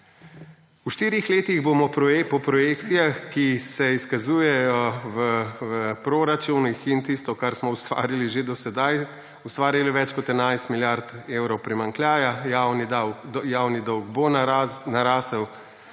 V štirih letih bomo po projekcijah, ki se izkazujejo v proračunih, in s tistim, kar smo že ustvarili do sedaj, ustvarili več kot 11 milijard evrov primanjkljaja, javni dolg bo narasel